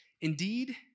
Indeed